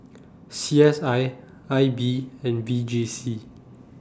C S I I B and V J C